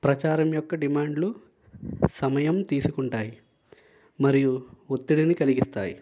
ప్రచారం యొక్క డిమాండ్లు సమయం తీసుకుంటాయి మరియు ఒత్తిడిని కలిగిస్తాయి